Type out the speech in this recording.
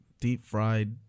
deep-fried